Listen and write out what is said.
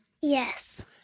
Yes